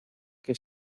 que